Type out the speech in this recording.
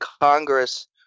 Congress